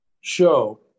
show